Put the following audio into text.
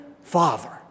father